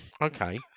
Okay